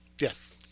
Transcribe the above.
Yes